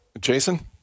Jason